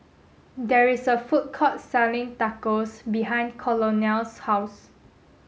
there is a food court selling Tacos behind Colonel's house